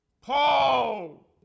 Paul